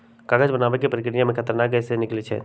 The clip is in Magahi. कागज बनाबे के प्रक्रिया में खतरनाक गैसें से निकलै छै